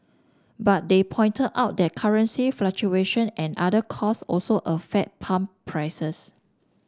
but they pointed out that currency fluctuation and other costs also affect pump prices